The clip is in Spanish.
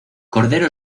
cordero